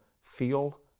feel